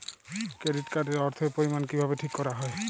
Credit card এর অর্থের পরিমান কিভাবে ঠিক করা হয়?